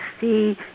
see